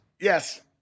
Yes